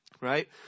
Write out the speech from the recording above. right